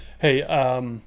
Hey